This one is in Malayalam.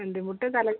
രണ്ട് മുട്ടും തലയും